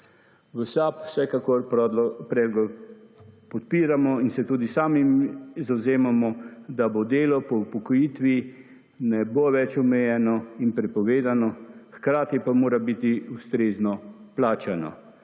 V SAB vsekakor predlog podpiramo in se tudi sami zavzemamo, da bo delo po upokojitvi ne bo več omejeno in prepovedano hkrati pa mora biti ustrezno plačano,